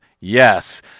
Yes